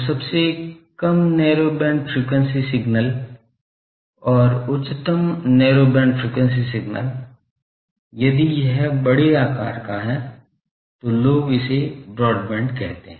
तो सबसे कम नैरो बैंड फ्रीक्वेंसी सिग्नल और उच्चतम नैरो बैंड फ्रीक्वेंसी सिग्नल यदि यह बड़े आकार का है तो लोग इसे ब्रॉडबैंड कहते हैं